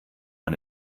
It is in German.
man